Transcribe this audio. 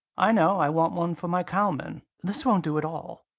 i know i want one for my cowman. this won't do at all.